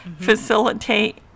facilitate